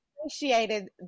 appreciated